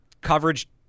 Coverage